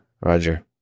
Roger